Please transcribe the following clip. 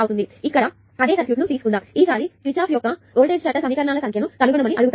ఇక్కడ అదే సర్క్యూట్ తీసుకుందాం ఈసారి కిర్చాఫ్ యొక్క వోల్టేజ్ లా సమీకరణాల సంఖ్యను కనుగొనమని అడిగారు